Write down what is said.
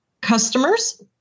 Customers